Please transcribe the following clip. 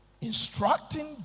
instructing